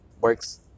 works